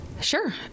Sure